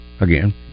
again